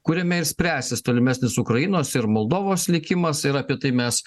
kuriame ir spręsis tolimesnis ukrainos ir moldovos likimas ir apie tai mes